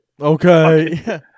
Okay